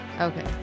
Okay